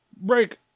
Break